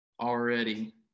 already